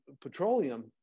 petroleum